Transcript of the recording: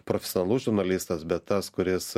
profesionalus žurnalistas bet tas kuris